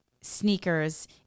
sneakers